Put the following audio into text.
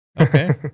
Okay